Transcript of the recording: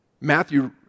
Matthew